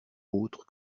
autre